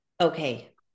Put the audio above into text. Okay